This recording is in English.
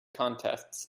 contests